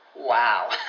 Wow